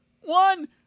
one